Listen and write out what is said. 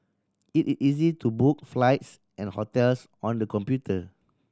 it is easy to book flights and hotels on the computer